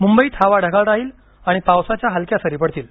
मुंबईत हवा ढगाळ राहील आणि पावसाच्या हलक्या सरी पडतील